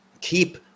keep